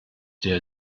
der